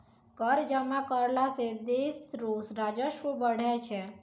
कर जमा करला सं देस रो राजस्व बढ़ै छै